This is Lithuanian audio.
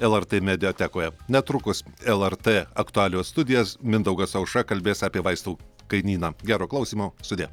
lrt mediatekoje netrukus lrt aktualijų studijas mindaugas su aušra kalbės apie vaistų kainyną gero klausymo sudie